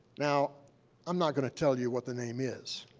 now i'm not going to tell you what the name is,